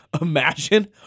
Imagine